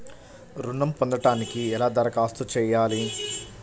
ఋణం పొందటానికి ఎలా దరఖాస్తు చేయాలి?